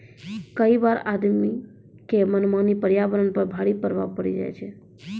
कई बार आदमी के मनमानी पर्यावरण पर बड़ा भारी पड़ी जाय छै